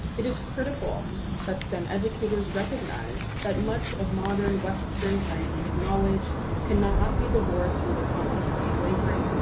it is critical that stem educators recognize that much of modern western scientific knowledge cannot be divorced from the context of slavery,